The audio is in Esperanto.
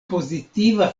pozitiva